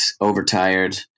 overtired